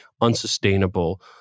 unsustainable